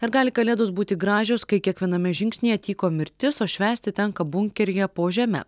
ar gali kalėdos būti gražios kai kiekviename žingsnyje tyko mirtis o švęsti tenka bunkeryje po žeme